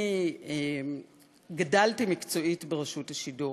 אני גדלתי מקצועית ברשות השידור.